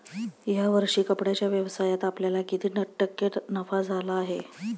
या वर्षी कपड्याच्या व्यवसायात आपल्याला किती टक्के नफा झाला आहे?